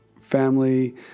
family